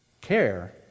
care